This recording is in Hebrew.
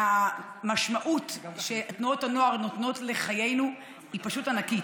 המשמעות שתנועות הנוער נותנות לחיינו היא פשוט ענקית.